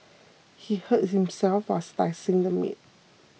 he hurt himself while slicing the meat